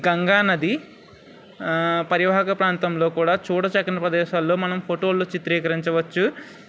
గంగా నది పరివాహక ప్రాంతంలో కూడా చూడచక్కని ప్రదేశాలలో మనం ఫోటోలలో చిత్రీకరించవచ్చు